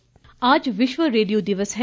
radio दिवस आज विश्व रेडियो दिवस है